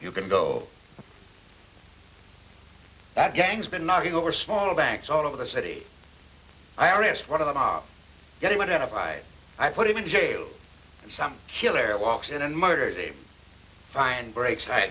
you can go that gang's been knocking over smaller banks all over the city i already asked one of them are getting what have i i put him in jail and some killer walks in and murders a fine brakes i